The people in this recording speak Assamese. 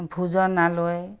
ভোজনালয়